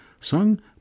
sung